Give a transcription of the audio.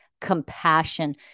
compassion